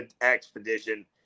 expedition